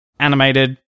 animated